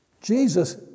Jesus